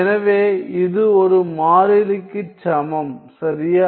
எனவே இது ஒரு மாறிலிக்குச் சமம் சரியா